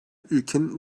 ülkenin